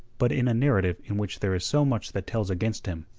but in a narrative in which there is so much that tells against him,